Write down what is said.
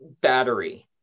battery